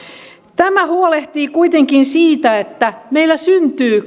tämä huolehtii kuitenkin siitä että meillä syntyy